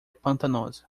pantanosa